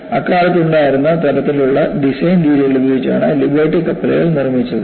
അക്കാലത്ത് ഉണ്ടായിരുന്ന തരത്തിലുള്ള ഡിസൈൻ രീതികൾ ഉപയോഗിച്ചാണ് ലിബർട്ടി കപ്പലുകൾ നിർമ്മിച്ചത്